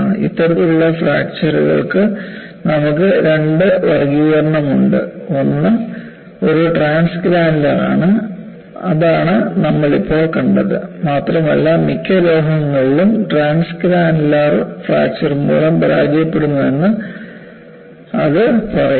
ഇത്തരത്തിലുള്ള ഫ്രാക്ചർകൾക്ക് നമുക്ക് രണ്ട് വർഗ്ഗീകരണവുമുണ്ട് ഒന്ന് ഒരു ട്രാൻസ് ഗ്രാനുലർ ആണ് അതാണ് നമ്മൾ ഇപ്പോൾ കണ്ടത് മാത്രമല്ല മിക്ക ലോഹങ്ങളും ട്രാൻസ്ഗ്രാനുലർ ഫ്രാക്ചർ മൂലം പരാജയപ്പെടുന്നുവെന്നും അത് പറയുന്നു